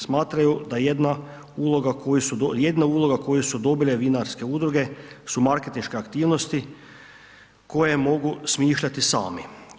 Smatraju da jedina uloga koju su dobile vinarske udruge su marketinške aktivnosti koje mogu smišljati sami.